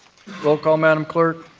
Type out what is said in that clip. roll call, madam clerk.